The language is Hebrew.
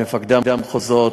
את מפקדי המחוזות,